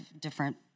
different